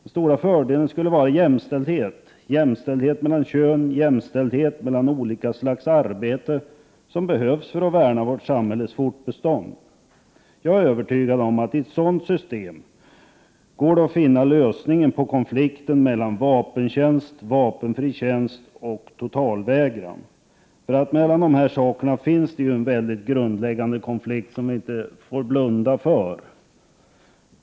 Den stora fördelen skulle vara jämställdhet; jämställdhet mellan könen och jämställdhet mellan olika slags arbeten, vilka behövs för att värna vårt samhälles fortbestånd. Jag är övertygad om att man i ett sådant system kan finna lösningen på konflikten mellan vapentjänst, vapenfri tjänst och totalvägran. Mellan dessa finns en mycket grundläggande konflikt som vi inte får blunda för.